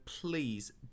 please